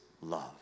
love